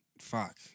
fuck